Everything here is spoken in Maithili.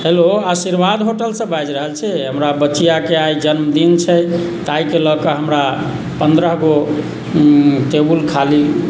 हेलो आशीर्वाद होटलसँ बाजि रहल छियै हमरा बचियाके आइ जन्मदिन छै ताहिके लऽ कऽ हमरा पन्द्रह गो टेबुल खाली